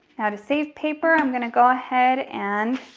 now, to save paper, i'm gonna go ahead and